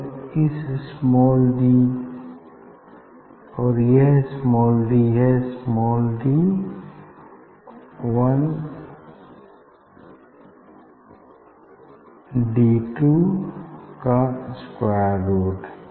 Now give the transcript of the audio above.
और यह small D है small D one D two का स्क्वायर रुट